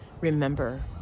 remember